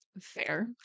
Fair